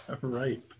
right